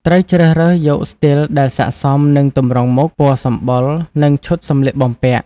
ត្រូវជ្រើសរើសយកស្ទីលដែលស័ក្តិសមនឹងទម្រង់មុខ ពណ៌សម្បុរ និងឈុតសម្លៀកបំពាក់ ។